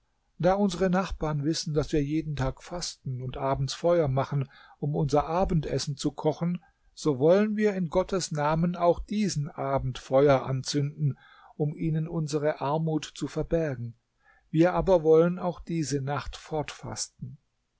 da unsere nachbarn wissen daß wir jeden tag fasten und abends feuer machen um unser abendessen zu kochen so wollen wir in gottes namen auch diesen abend feuer anzünden um ihnen unsere armut zu verbergen wir aber wollen auch diese nacht